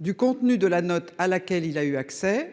du contenu de la note à laquelle il a eu accès.